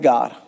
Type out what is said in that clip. God